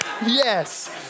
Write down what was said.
yes